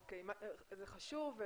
זה חשוב.